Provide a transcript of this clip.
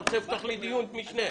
אתה רוצה לפתוח לי דיון משנה.